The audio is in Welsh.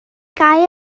gau